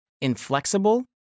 inflexible